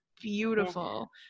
beautiful